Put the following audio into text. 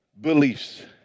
beliefs